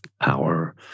power